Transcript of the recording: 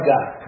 God